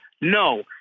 no